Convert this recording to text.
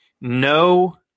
no